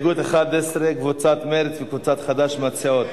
סיעת מרצ וקבוצת סיעת חד"ש מציעות: